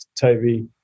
Toby